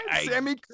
Sammy